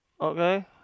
Okay